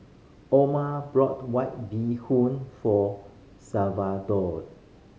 Orma brought White Bee Hoon for Salvatore